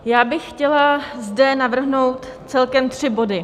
Já bych chtěla zde navrhnout celkem tři body.